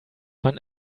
man